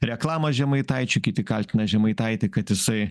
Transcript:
reklamą žemaitaičiu kiti kaltina žemaitaitį kad jisai